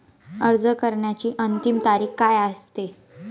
अर्ज करण्याची अंतिम तारीख काय असते?